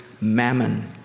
mammon